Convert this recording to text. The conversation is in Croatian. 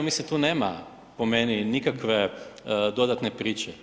Mislim tu nema po meni nikakve dodatne priče.